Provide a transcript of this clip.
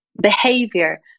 behavior